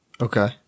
Okay